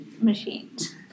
machines